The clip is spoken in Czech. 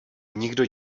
nikdo